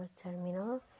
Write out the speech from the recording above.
terminal